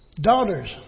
Daughters